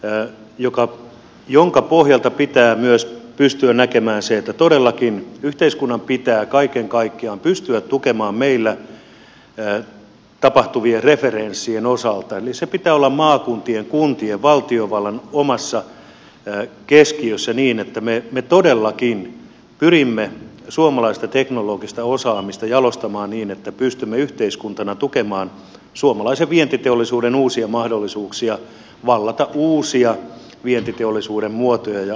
öö joko jonka tällaista ratkaisua myös pystytään näkemään se että todellakin yhteiskunnan pitää kaiken kaikkiaan pystyä tukemaan meillä tapahtuvien referenssien osalta eli sen pitää olla maakuntien kuntien valtiovallan omassa keskiössä niin että me todellakin pyrimme suomalaista teknologista osaamista jalostamaan niin että pystymme yhteiskuntana tukemaan suomalaisen vientiteollisuuden uusia mahdollisuuksia vallata uusia vientiteollisuuden muotoja ja alueita